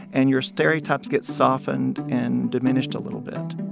and your stereotypes get softened and diminished a little bit